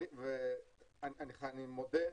אני מודה,